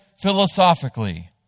philosophically